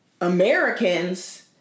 Americans